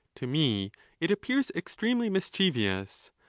to me it appears extremely mischievous,